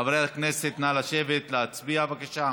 חברי הכנסת, נא לשבת ולהצביע, בבקשה.